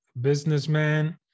businessman